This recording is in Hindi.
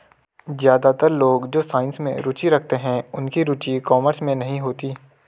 ज्यादातर लोग जो साइंस में रुचि रखते हैं उनकी रुचि कॉमर्स में नहीं होती